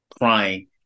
crying